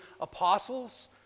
apostles